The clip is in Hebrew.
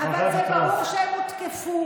אבל זה ברור שהם הותקפו.